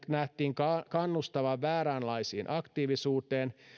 nähtiin kannustavan vääränlaiseen aktiivisuuteen